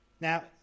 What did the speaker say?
Now